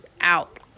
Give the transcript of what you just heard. out